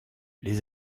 les